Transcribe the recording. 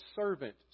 servant